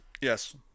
Yes